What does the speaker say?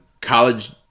college